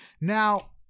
Now